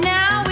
now